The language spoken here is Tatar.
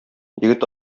егет